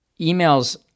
emails